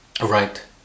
Right